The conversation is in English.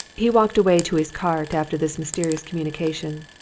he walked away to his cart after this mysterious communication,